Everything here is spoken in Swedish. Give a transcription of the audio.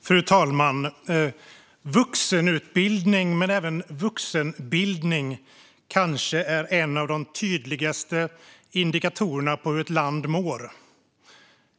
Fru talman! Vuxenutbildning, men även vuxenbildning, är kanske en av de tydligaste indikatorerna på hur ett land mår.